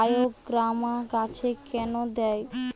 বায়োগ্রামা গাছে কেন দেয়?